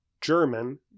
German